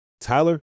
Tyler